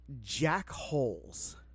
jackholes